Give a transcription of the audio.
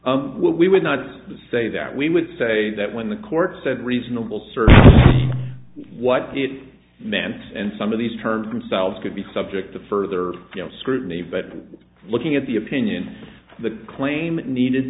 what we would not say that we would say that when the court said reasonable sir what it meant and some of these terms selves could be subject to further scrutiny but looking at the opinion the claim needed